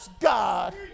God